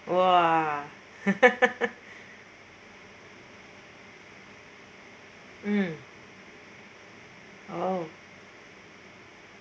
!wah! mm oh